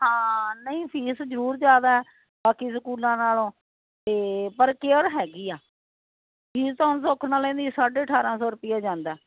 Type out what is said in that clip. ਹਾਂ ਨਹੀਂ ਫੀਸ ਜਰੂਰ ਜਿਆਦਾ ਬਾਕੀ ਸਕੂਲਾਂ ਨਾਲੋਂ ਤੇ ਪਰ ਕੇਅਰ ਹੈਗੀ ਆ ਫੀਸ ਤਾਂ ਹੁਨ ਸੁੱਖ ਨਾਲ ਇਹਦੀ ਸਾਢੇ ਅਠਾਰਾਂ ਸੌ ਰੁਪਇਆ ਜਾਂਦਾ